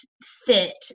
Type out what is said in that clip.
Fit